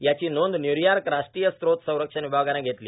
याची नोंद न्यूयॉर्क राष्ट्रीय स्त्रोत संरक्षण विभागानं घेतली